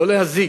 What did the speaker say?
לא להזיק,